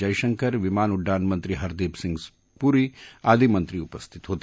जयशंकर विमान उड्डाणमंत्री हरदीप सिंग पुरी आदी मंत्री उपस्थित होते